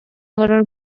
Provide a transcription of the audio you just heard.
олорор